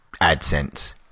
AdSense